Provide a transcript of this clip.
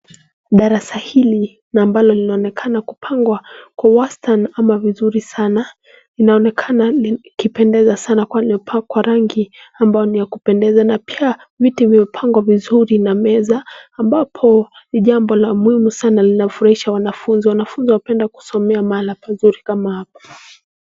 Darasa hili na ambalo linaonekana kupangwa kwa wastan ama vizuri sana, linaonekana likipendeza sana kwani limepakwa rangi ambao ni ya kupendeza na pia viti vimepangwa vizuri na meza ambapo ni jambo la muhimu sana linafurahisha wanafuzi. Wanafuzi wanapenda kusomea mahala pazuri kama hapa.